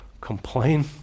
complain